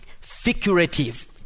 figurative